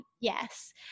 yes